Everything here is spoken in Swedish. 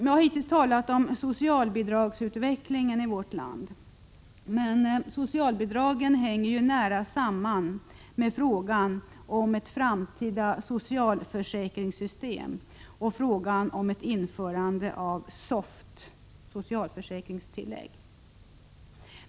Jag har hittills talat om socialbidragsutvecklingen i vårt land, men socialbidragen hänger nära samman med frågan om ett framtida socialförsäkringssystem och frågan om införande av ett s.k. SOFT, socialförsäkringstillägg.